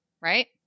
right